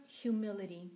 humility